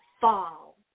fall